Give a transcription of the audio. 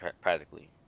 practically